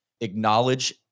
acknowledge